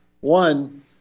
One